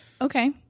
Okay